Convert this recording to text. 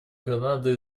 канады